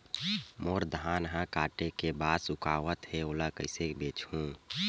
मोर धान ह काटे के बाद सुखावत हे ओला कइसे बेचहु?